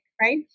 right